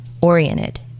oriented